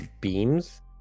beams